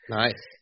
nice